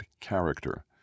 character